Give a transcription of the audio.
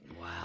Wow